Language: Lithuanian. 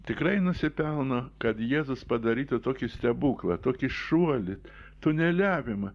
tikrai nusipelno kad jėzus padarytų tokį stebuklą tokį šuolį tuneliavimą